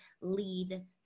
lead